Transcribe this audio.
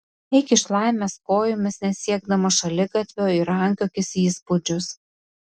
eik iš laimės kojomis nesiekdamas šaligatvio ir rankiokis įspūdžius